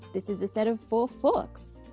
this is a set of four forks.